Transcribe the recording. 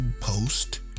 post